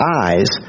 eyes